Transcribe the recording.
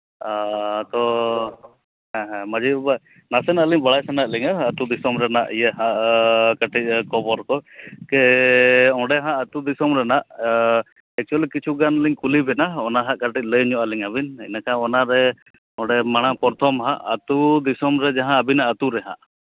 ᱛᱚ ᱦᱮᱸ ᱦᱮᱸ ᱢᱟᱹᱡᱷᱤ ᱵᱟᱵᱟ ᱱᱟᱥᱮᱱᱟᱜ ᱟᱹᱞᱤᱧ ᱵᱟᱲᱟᱭ ᱥᱟᱱᱟᱭᱮᱫ ᱞᱤᱧᱟ ᱟᱛᱳ ᱫᱤᱥᱚᱢ ᱨᱮᱱᱟᱜ ᱤᱭᱟᱹ ᱠᱷᱚᱵᱚᱨ ᱠᱚ ᱠᱮ ᱚᱸᱰᱮ ᱦᱟᱸᱜ ᱟᱛᱳ ᱫᱤᱥᱚᱢ ᱨᱮᱱᱟᱜ ᱮᱹᱠᱪᱩᱞᱞᱤ ᱠᱤᱪᱷᱩ ᱜᱟᱱ ᱞᱤᱧ ᱠᱩᱞᱤ ᱵᱤᱱᱟ ᱚᱱᱟ ᱦᱟᱸᱜ ᱠᱟᱹᱴᱤᱡ ᱞᱟᱹᱭ ᱧᱚᱜ ᱟᱹᱞᱤᱧᱟ ᱵᱤᱱ ᱮᱸᱰᱮᱠᱷᱟᱱ ᱚᱱᱟᱨᱮ ᱚᱸᱰᱮ ᱢᱟᱲᱟᱝ ᱯᱨᱚᱛᱷᱚᱢ ᱦᱟᱸᱜ ᱟᱛᱳ ᱫᱤᱥᱚᱢ ᱨᱮ ᱡᱟᱦᱟᱸ ᱟᱹᱵᱤᱱᱟᱜ ᱟᱛᱳ ᱨᱮ ᱦᱟᱸᱜ